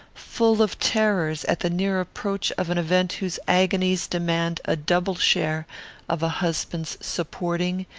full of terrors at the near approach of an event whose agonies demand a double share of a husband's supporting,